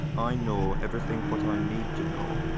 i know everything what i need to know,